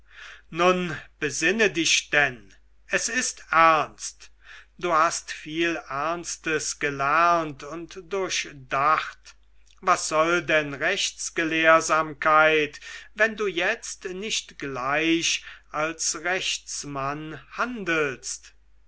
nun besinne dich denn es ist ernst du hast viel ernstes gelernt und durchdacht was soll denn rechtsgelehrsamkeit wenn du jetzt nicht gleich als rechtsmann handelst